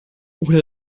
oder